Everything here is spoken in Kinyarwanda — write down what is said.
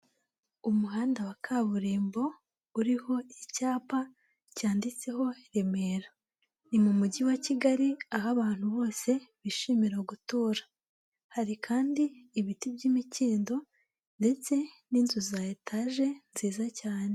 Umuhanda wa kaburimbo uriho icyapa cyanditseho Remera. Ni mu Mujyi wa Kigali, aho abantu bose bishimira gutura. Hari kandi ibiti by'imikindo ndetse n'inzu za etaje nziza cyane.